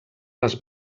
les